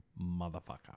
motherfucker